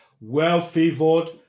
Well-favored